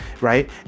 Right